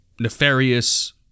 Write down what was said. nefarious